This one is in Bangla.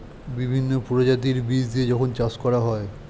বিভিন্ন প্রজাতির বীজ দিয়ে যখন চাষ করা হয়